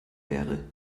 wäre